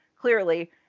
clearly